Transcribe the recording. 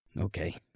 Okay